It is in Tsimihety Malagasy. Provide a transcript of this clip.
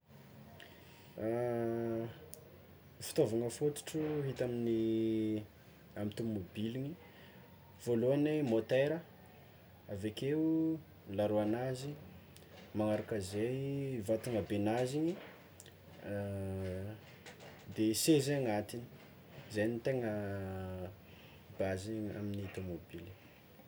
Fitaovagna fototro hita amin'ny tômobiligny, voalohany môtera avekeo laroan'azy, magnaraka zay, vatagnaben'azy igny de seza agnatigny zegny ny tegna baze amin'ny tômôbiligny.